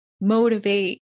motivate